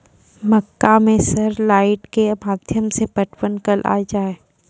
मक्का मैं सर लाइट के माध्यम से पटवन कल आ जाए?